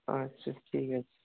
আচ্ছা ঠিক আছে